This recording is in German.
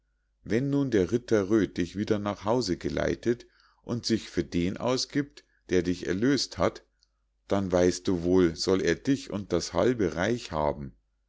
wenn nun der ritter röd dich wieder nach hause geleitet und sich für den ausgiebt der dich erlös't hat dann weißt du wohl soll er dich und das halbe reich haben